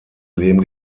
leben